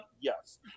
Yes